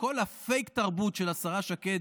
וכל הפייק תרבות של השרה שקד,